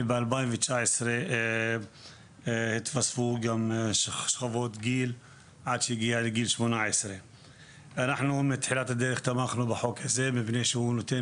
וב-2019 התווספו גם שכבות גיל עד שהגיע לגיל 18. אנחנו מתחילת הדרך תמכנו בחוק הזה מפני שהוא נותן